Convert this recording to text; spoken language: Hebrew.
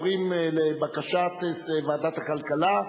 ב-13:15 עוברים לבקשת ועדת הכלכלה,